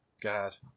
god